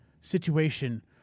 situation